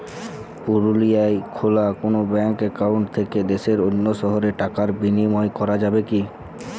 পুরুলিয়ায় খোলা কোনো ব্যাঙ্ক অ্যাকাউন্ট থেকে দেশের অন্য শহরে টাকার বিনিময় করা যাবে কি?